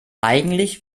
eigentlich